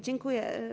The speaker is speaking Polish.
Dziękuję.